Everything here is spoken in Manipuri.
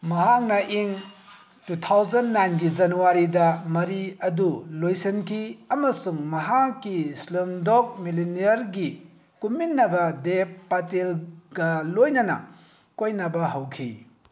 ꯃꯍꯥꯛꯅ ꯏꯪ ꯇꯨ ꯊꯥꯎꯖꯟ ꯅꯥꯏꯟꯒꯤ ꯖꯅꯨꯋꯥꯔꯤꯗ ꯃꯔꯤ ꯑꯗꯨ ꯂꯣꯏꯁꯤꯟꯈꯤ ꯑꯃꯁꯨꯡ ꯃꯍꯥꯛꯀꯤ ꯏꯁꯂꯝ ꯗꯣꯛ ꯃꯤꯂꯤꯅ꯭ꯌꯔꯒꯤ ꯀꯨꯝꯃꯤꯟꯅꯕ ꯗꯦꯞ ꯄꯇꯦꯜꯒ ꯂꯣꯏꯅꯅ ꯀꯣꯏꯅꯕ ꯍꯧꯈꯤ